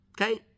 okay